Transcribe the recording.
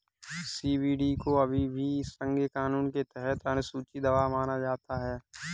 CBD को अभी भी संघीय कानून के तहत अनुसूची दवा माना जाता है